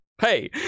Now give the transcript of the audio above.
Hey